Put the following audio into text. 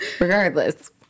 Regardless